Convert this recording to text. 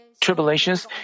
tribulations